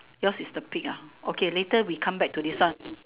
yours is the pig ah okay later we come back to this one